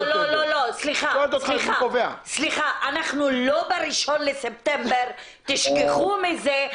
לא, סליחה, אנחנו לא ב-1 בספטמבר תשכחו מזה.